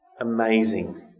amazing